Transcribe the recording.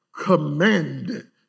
commanded